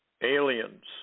Aliens